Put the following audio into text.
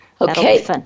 Okay